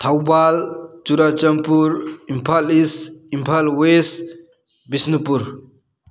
Thoubal Churachandpur Imphal east Imphal west Bishnupur